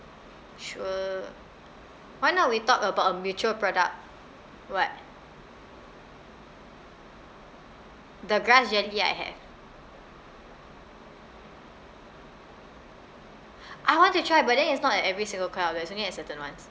sure why not we talk about a mutual product what the grass jelly I have I want to try but then it's not at every single Koi outlet it's only at certain ones